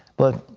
but